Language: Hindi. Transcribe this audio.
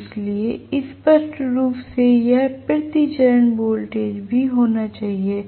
इसलिए स्पष्ट रूप से यह प्रति चरण वोल्टेज भी होना चाहिए